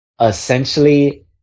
essentially